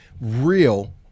real